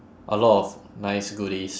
a lot of nice goodies